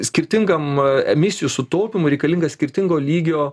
skirtingam emisijų sutaupymui reikalinga skirtingo lygio